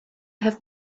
have